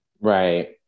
Right